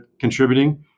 contributing